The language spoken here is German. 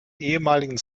ehemaligen